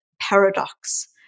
paradox